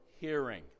hearing